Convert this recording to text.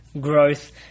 growth